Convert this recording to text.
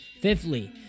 Fifthly